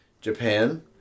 Japan